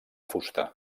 fusta